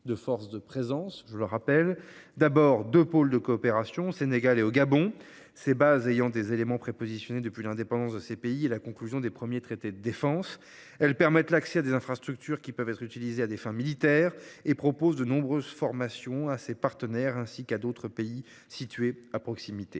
de forces de présence. Tout d’abord, nous disposons de deux pôles de coopération, au Sénégal et au Gabon. Ces bases ont des éléments prépositionnés depuis l’indépendance de ces pays et la conclusion des premiers traités de défense. Elles permettent l’accès à des infrastructures qui peuvent être utilisées à des fins militaires et proposent de nombreuses formations à ces partenaires, ainsi qu’à d’autres pays situés à proximité.